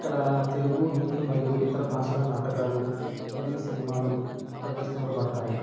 ఇక్కడ తెలుగు హిందీ మరియు ఇతర భాషల నాటకాలు మరియు సినిమాలు ప్రదర్శింపబడతాయి